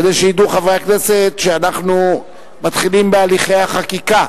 כדי שידעו חברי הכנסת שאנחנו מתחילים בהליכי החקיקה.